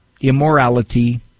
immorality